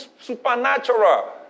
supernatural